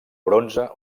bronze